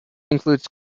includes